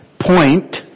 point